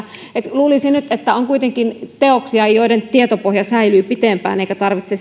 luulisi nyt että on kuitenkin teoksia joiden tietopohja säilyy pitempään eikä tarvittaisi